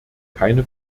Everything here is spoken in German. keine